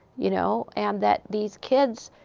you know? and that these kids,